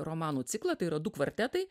romanų ciklą tai yra du kvartetai